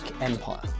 empire